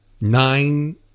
nine